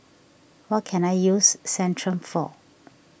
what can I use Centrum for